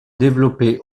développé